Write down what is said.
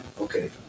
okay